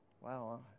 Wow